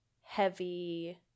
heavy